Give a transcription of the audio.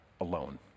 alone